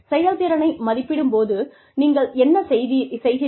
செயல்திறனை மதிப்பிடும் போது நீங்கள் என்ன செய்கிறீர்கள்